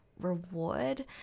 reward